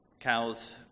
cows